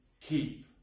keep